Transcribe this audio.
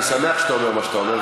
אני שמח שאתה אומר מה שאתה אומר,